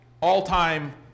all-time